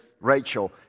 Rachel